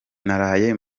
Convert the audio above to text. naraye